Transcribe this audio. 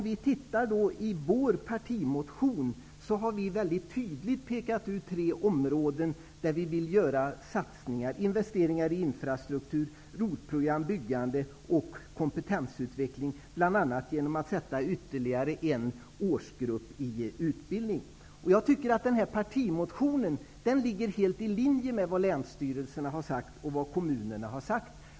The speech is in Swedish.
I vår partimotion pekar vi väldigt tydligt ut tre områden där vi vill ha satsningar, investeringar i infrastrukturen och ROT-program och där vi vill ha ett byggande och en kompetensutveckling, bl.a. genom att ytterligare en årsgrupp sätts i utbildning. Jag tycker att vår partimotion är helt i linje med vad länsstyrelserna och kommunerna har sagt.